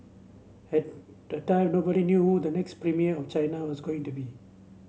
at the time nobody knew who the next premier of China was going to be